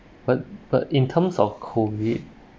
but but in terms of COVID